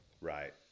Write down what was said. Right